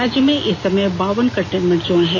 राज्य में इस समय बावन कंटेनमेंट जोन है